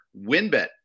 WinBet